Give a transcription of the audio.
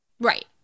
Right